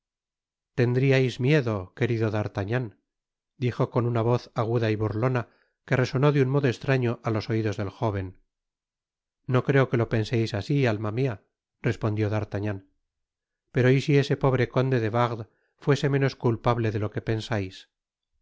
tendriais miedo querido señor d'artagnan l dijo con una voz aguda y burlona que resonó de un modo estraño á los oidos del jóven no creo que lo penseis asi alma mia respondió d'artagnan pero y si ese pobre conde de wardes fuese menos culpable de lo que pensais be